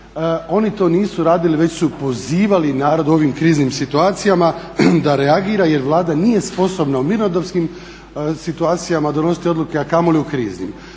oni to nisu radili već su pozivali narod u ovim kriznim situacijama da reagira jer Vlada nije sposobna u mirnodopskim situacijama donositi odluke, a kamoli u kriznim.